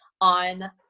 on